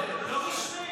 לא רשמית.